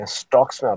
stocks